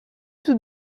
tout